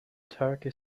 turkey